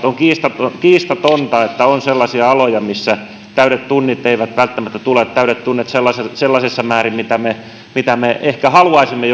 on kiistatonta että on sellaisia aloja missä täydet tunnit eivät välttämättä tule jokaiselle työntekijälle täydet tunnit sellaisessa sellaisessa määrin mitä me mitä me ehkä haluaisimme